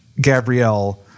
Gabrielle